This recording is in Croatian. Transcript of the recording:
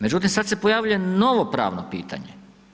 Međutim, sada se pojavljuje novo pravno pitanje.